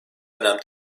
önem